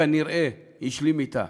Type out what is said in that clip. כנראה השלים אתה.